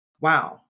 wow